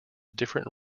different